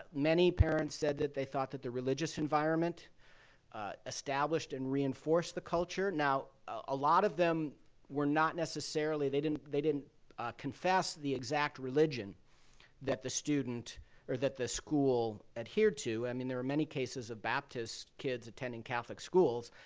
many parents said that they thought that the religious environment established and reinforced the culture. now, a lot of them were not necessarily they didn't they didn't confess the exact religion that the student or that the school adhered to. i mean, there were many cases of baptist kids attending catholic schools.